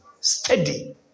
steady